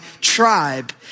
tribe